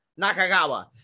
Nakagawa